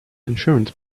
insurance